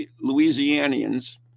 Louisianians